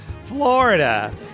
Florida